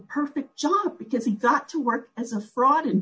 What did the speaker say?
perfect job because he got to work as a fraud